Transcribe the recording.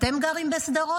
אתם גרים בשדרות?